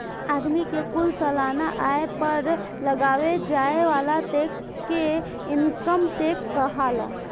आदमी के कुल सालाना आय पर लगावे जाए वाला टैक्स के इनकम टैक्स कहाला